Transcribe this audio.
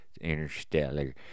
interstellar